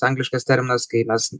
angliškas terminas kai mes